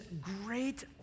great